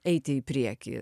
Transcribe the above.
eiti į priekį